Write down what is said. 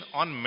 on